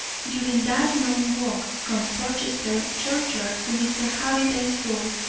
during that long walk from portchester churchyard to mr. halliday's door,